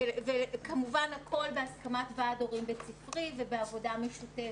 כמובן הכול בהסכמת ועד הורים בית ספרי ובעבודה משותפת,